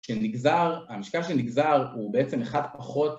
שנגזר, המישקע שנגזר הוא בעצם אחת פחות